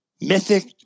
mythic